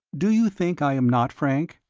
do you think i am not frank?